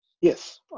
yes